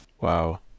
Wow